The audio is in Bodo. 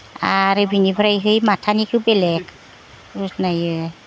आरो बिनिफ्रायहै माथानिखो बेलेक उजनायो